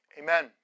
amen